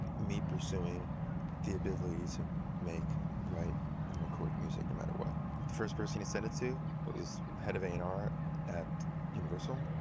me pursuing the ability to make right and record music no matter what. the first person he sent it to was head of a and r at universal,